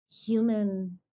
human